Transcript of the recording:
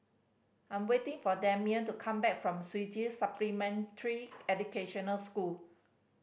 I am waiting for Damian to come back from Swedish Supplementary Educational School